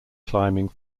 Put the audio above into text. climbing